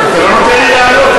אבל אתה לא נותן לי לענות,